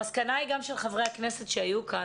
המסקנה היא גם של חברי הכנסת שהיו כאן,